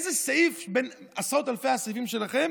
באיזה סעיף בין עשרות אלפי הסעיפים שלכם